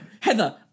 Heather